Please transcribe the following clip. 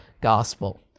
gospel